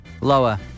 Lower